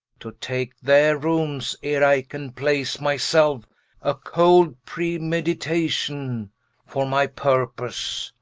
to take their roomes, ere i can place my selfe a cold premeditation for my purpose.